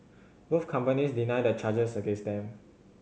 both companies deny the charges against them